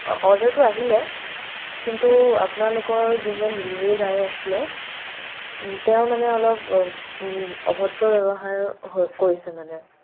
অৰ্ডাৰটো আহিলে কিন্তু আপোনালোকৰ যোনজন ডেলিভাৰী গাই আছিলে তেওঁ মানে অলপ অভদ্ৰ ব্যৱহাৰ হৈ কৰিছে মানে